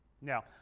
Now